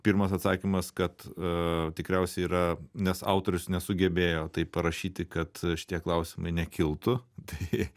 pirmas atsakymas kad tikriausiai yra nes autorius nesugebėjo taip parašyti kad šitie klausimai nekiltų tai